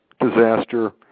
disaster